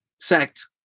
sect